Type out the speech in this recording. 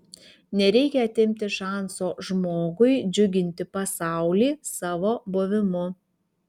nereikia atimti šanso žmogui džiuginti pasaulį savo buvimu